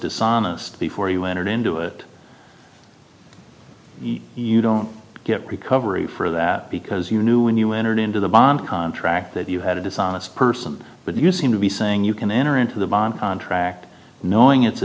dishonest before you entered into it you don't get recovery for that because you knew when you entered into the bond contract that you had a dishonest person but you seem to be saying you can enter into the contract knowing it's a